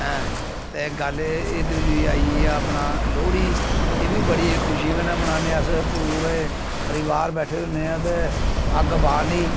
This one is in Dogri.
हां ते गल्ल ऐ दूई आई गेई अपना लोह्ड़ी एह् बी बड़ी खुशियें कन्नै मन्नाने अस पूरे परिवार बैठे दे होन्ने आं ते अग्ग बालनी